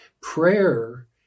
prayer